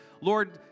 Lord